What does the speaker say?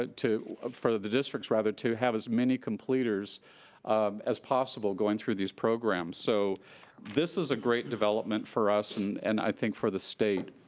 ah for the districts rather, to have as many completers um as possible going through these programs. so this is a great development for us and, and i think, for the state.